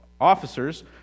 officers